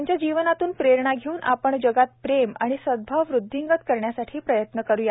त्यांच्या जीवनातून प्रेरणा घेऊन आपण जगात प्रेम व सद्भाव वृद्धिंगत करण्यासाठी प्रयत्न करूया